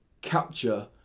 capture